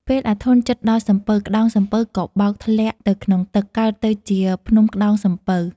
ពេលអាធន់ជិតដល់សំពៅ ក្ដោងសំពៅក៏បាក់ធ្លាក់ទៅក្នុងទឹក កើតទៅជា ភ្នំក្ដោងសំពៅ។